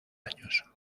años